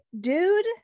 dude